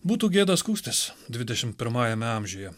būtų gėda skųstis dvidešim pirmajame amžiuje